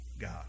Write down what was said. God